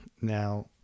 Now